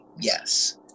yes